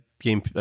game